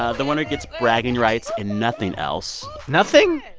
ah the winner gets bragging rights and nothing else nothing?